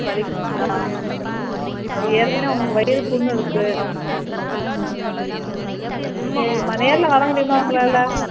வலிக்குதுங்களா அது ஏற்கனவே உங்களுக்கு வயிறு புண் இருக்குது ம் சரிம்மா நேரில் வரமுடியுமா உங்களால்